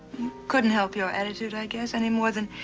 couldn't help your attitude, i guess, any more than